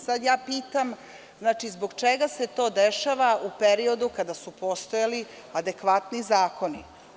Sada pitam – zbog čega se to dešavalo u periodu kada su postojali adekvatni zakoni?